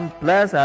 plus